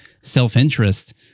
self-interest